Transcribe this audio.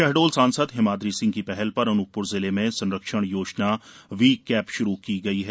शहडोल सांसद हिमाद्री सिंह की पहल पर अनूपपुर जिले में संरक्षण योजना वी कैप शुरू की गई है